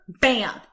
bam